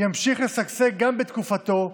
ימשיך לשגשג גם בתקופתו,